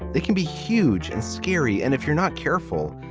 they can be huge and scary and if you're not careful,